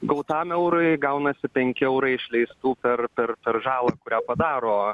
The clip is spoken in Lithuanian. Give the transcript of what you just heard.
gautam eurui gaunasi penki eurai išleistų per per per žalą kurią padaro